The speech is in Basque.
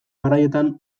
garaietan